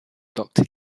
doctor